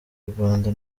rwanda